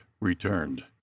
returned